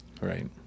Right